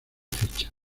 fichas